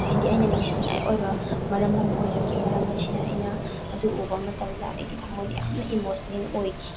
ꯍꯥꯏꯗꯤ ꯑꯩꯅ ꯅꯤꯡꯁꯤꯡꯅꯤꯉꯥꯏ ꯑꯣꯏꯕ ꯃꯔꯝ ꯑꯃ ꯑꯣꯏꯔꯛꯈꯤ ꯃꯔꯝ ꯑꯁꯤꯅ ꯑꯩꯅ ꯑꯗꯨ ꯎꯕ ꯃꯇꯝꯗ ꯑꯩꯒꯤ ꯊꯝꯃꯣꯏꯗ ꯌꯥꯝꯅ ꯏꯝꯃꯣꯁꯅꯦꯜ ꯑꯣꯏꯈꯤ